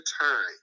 time